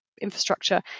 infrastructure